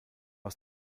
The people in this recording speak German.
aus